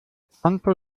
santo